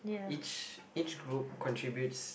each each group contributes